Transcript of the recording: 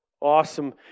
Awesome